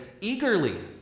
eagerly